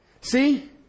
See